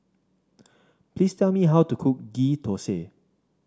please tell me how to cook Ghee Thosai